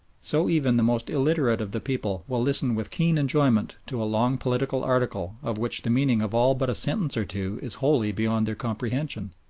so even the most illiterate of the people will listen with keen enjoyment to a long political article of which the meaning of all but a sentence or two is wholly beyond their comprehension.